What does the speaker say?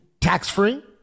tax-free